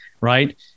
right